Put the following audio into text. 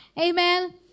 Amen